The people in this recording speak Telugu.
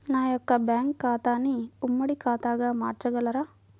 నా యొక్క బ్యాంకు ఖాతాని ఉమ్మడి ఖాతాగా మార్చగలరా?